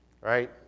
Right